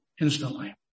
instantly